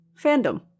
fandom